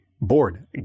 bored